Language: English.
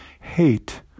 Hate